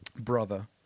brother